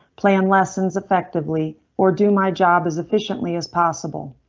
plan lessons affectively or do my job as efficiently as possible.